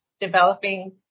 developing